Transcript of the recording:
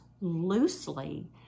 loosely